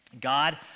God